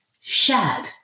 Shad